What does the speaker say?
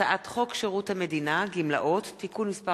הצעת חוק שירות המדינה (גמלאות) (תיקון מס'